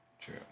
True